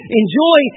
enjoy